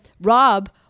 Rob